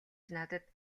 надад